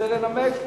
תרצה לנמק?